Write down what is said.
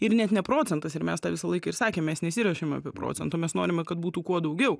ir net ne procentas ir mes tą visą laiką ir sakėm mes nesirišame prie procentų mes norime kad būtų kuo daugiau